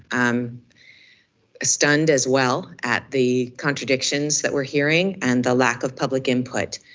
i'm stunned as well at the contradictions that we're hearing and the lack of public input.